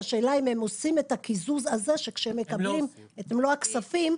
והשאלה אם הם עושים את הקיזוז הזה שכשהם מקבלים את מלוא הכספים,